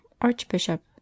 Archbishop